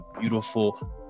beautiful